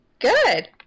Good